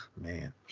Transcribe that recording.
man